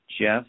Jeff